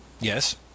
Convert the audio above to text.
Yes